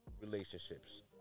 relationships